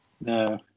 No